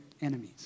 enemies